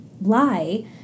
lie